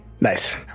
Nice